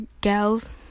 gals